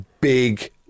Big